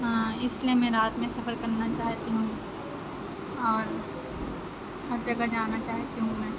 اِس لیے میں رات میں سفر کرنا چاہتی ہوں اور ہر جگہ جانا چاہتی ہوں میں